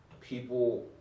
people